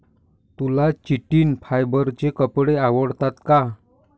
तुला चिटिन फायबरचे कपडे आवडतात का?